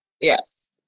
Yes